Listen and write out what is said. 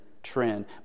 Trend